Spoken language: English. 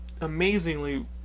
Amazingly